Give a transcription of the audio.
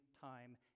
time